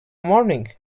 morning